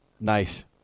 Nice